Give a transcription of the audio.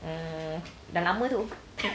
um dah lama tu